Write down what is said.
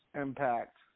Impact